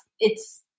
it's-